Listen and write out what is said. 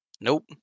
Nope